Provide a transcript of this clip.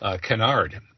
canard